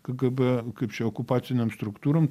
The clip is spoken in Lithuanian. kgb kaip čia okupacinėm struktūrom